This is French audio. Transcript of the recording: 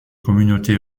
communautés